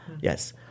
Yes